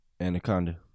Anaconda